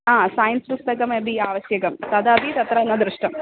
हा सैन्स् पुस्तकमपि आवश्यकं तदपि तत्र न दृष्टम्